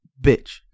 bitch